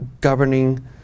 governing